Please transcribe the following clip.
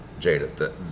Jada